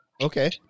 Okay